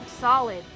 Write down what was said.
solid